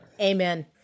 Amen